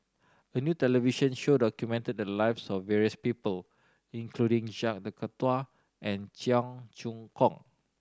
a new television show documented the lives of various people including Jacques De Coutre and Cheong Choong Kong